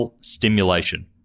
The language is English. stimulation